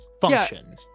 function